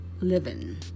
living